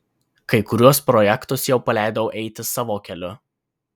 kai kuriuos projektus jau paleidau eiti savo keliu